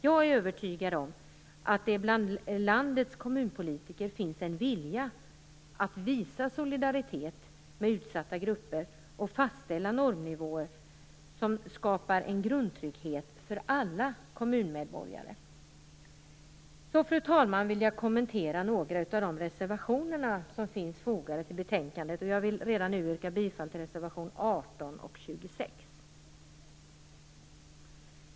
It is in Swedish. Jag är övertygad om att det bland landets kommunpolitiker finns en vilja att visa solidaritet med utsatta grupper och fastställa normnivåer som skapar en grundtrygghet för alla kommunmedborgare. Fru talman! Jag vill kommentera några av de reservationer som finns fogade till betänkandet. Jag vill redan nu yrka bifall till reservation 18 och 26.